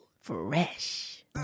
fresh